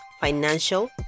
financial